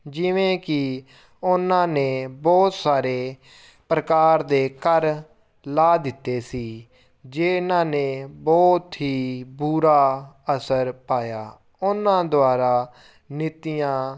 ਜਿਵੇਂ ਕਿ ਉਹਨਾਂ ਨੇ ਬਹੁਤ ਸਾਰੇ ਪ੍ਰਕਾਰ ਦੇ ਕਰ ਲਾ ਦਿੱਤੇ ਸੀ ਜੇ ਇਹਨਾਂ ਨੇ ਬਹੁਤ ਹੀ ਬੁਰਾ ਅਸਰ ਪਾਇਆ ਉਹਨਾਂ ਦੁਆਰਾ ਨੀਤੀਆਂ